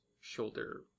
shoulder